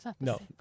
No